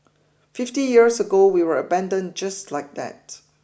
fifty years ago we were abandoned just like that